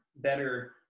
better